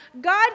God